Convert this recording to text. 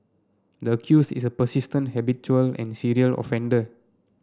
the accused is a persistent habitual and serial offender